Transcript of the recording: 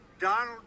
Donald